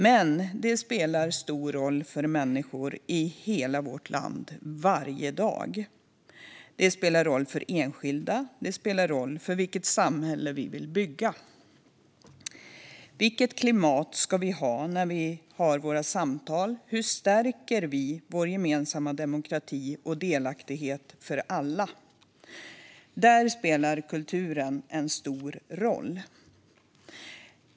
Men den spelar stor roll för människor i hela vårt land varje dag. Den spelar roll för enskilda. Den spelar roll för vilket samhälle vi vill bygga. Vilket klimat ska vi ha i våra samtal? Hur stärker vi vår gemensamma demokrati och delaktighet för alla? Där spelar kulturen en stor roll.